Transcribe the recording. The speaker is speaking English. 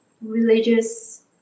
religious